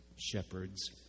shepherds